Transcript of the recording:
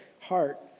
heart